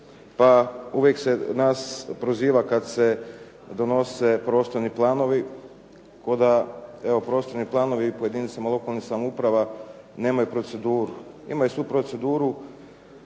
Pa uvijek se nas proziva kad se donose prostorni planovi, koda evo prostorni planovi po jedinicama lokalnih samouprava nemaju proceduru. Imaju svu proceduru